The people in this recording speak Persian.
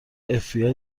fbi